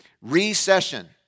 Recession